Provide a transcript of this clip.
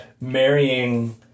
marrying